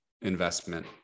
investment